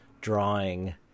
drawing